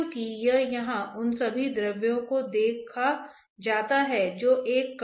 तो सभी ग्रेविटी को शरीर बलों में जोड़ा जाएगा